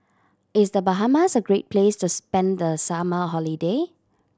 is The Bahamas a great place to spend the summer holiday